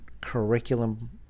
curriculum